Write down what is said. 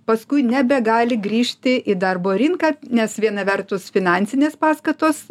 paskui nebegali grįžti į darbo rinką nes viena vertus finansinės paskatos